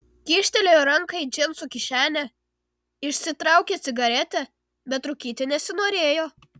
kyštelėjo ranką į džinsų kišenę išsitraukė cigaretę bet rūkyti nesinorėjo